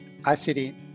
ICD